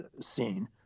scene